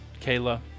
kayla